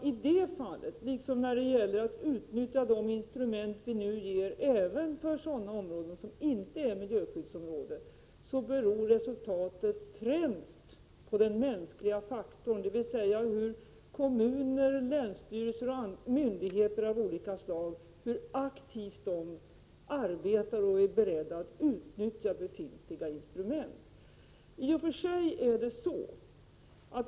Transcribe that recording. I det fallet liksom när det gäller att utnyttja de instrument vi nu ger även för sådana områden som inte är miljöskyddsområden beror resultatet främst på den mänskliga faktorn, dvs. hur aktivt kommuner, länsstyrelser och myndigheter av olika slag arbetar och är beredda att utnyttja befintliga instrument.